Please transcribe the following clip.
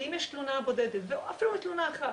כי אם יש תלונה בודדת, אפילו תלונה אחת,